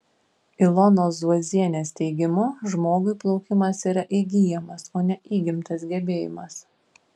ilonos zuozienės teigimu žmogui plaukimas yra įgyjamas o ne įgimtas gebėjimas